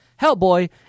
Hellboy